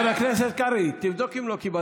חבר הכנסת קרעי,